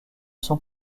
sont